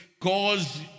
cause